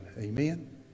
Amen